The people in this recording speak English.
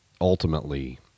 ultimately